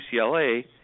UCLA